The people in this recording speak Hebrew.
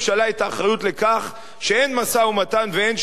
האחריות לכך שאין משא-ומתן ואין שלום,